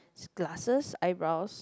glasses eyebrows